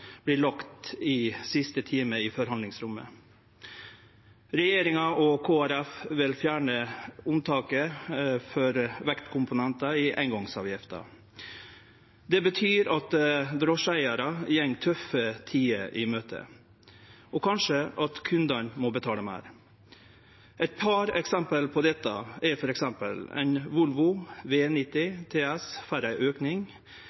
i siste time i forhandlingsrommet. Regjeringa og Kristeleg Folkeparti vil fjerne unntaket for vektkomponentar i eingongsavgifta. Det betyr at drosjeeigarar går tøffe tider i møte, og kanskje kundane må betale meir. Eit par eksempel på dette: Ein Volvo V90 TS får ein